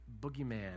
boogeyman